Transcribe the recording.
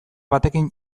batekin